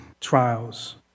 trials